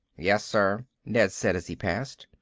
yes, sir, ned said as he passed.